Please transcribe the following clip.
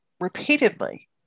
repeatedly